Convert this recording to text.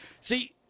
See